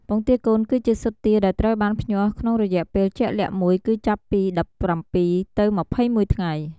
ពងទាកូន គឺជាស៊ុតទាដែលត្រូវបានភ្ញាស់ក្នុងរយៈពេលជាក់លាក់មួយ គឺចាប់ពី ១៧ ទៅ ២១ ថ្ងៃ។